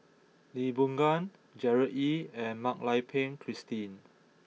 Lee Boon Ngan Gerard Ee and Mak Lai Peng Christine